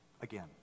again